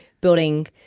building